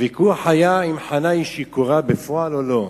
הוויכוח היה אם חנה שיכורה בפועל או לא.